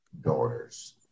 daughters